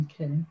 Okay